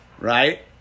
right